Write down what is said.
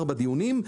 ארבעה דיונים,